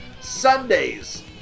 Sundays